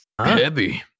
Heavy